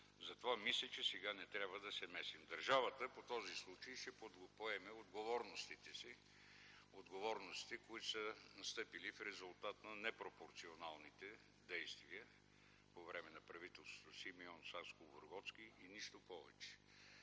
Затова мисля, че сега не трябва да се месим. Държавата по този случай ще поеме отговорностите си – отговорности, които са настъпили в резултат на непропорционалните действия по време на правителството на Симеон Сакскобургготски и нищо повече.